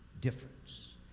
difference